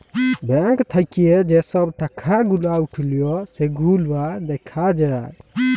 bank থাক্যে যে সব টাকা গুলা উঠল সেগুলা দ্যাখা যায়